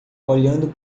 olhando